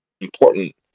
important